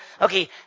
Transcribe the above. okay